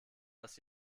das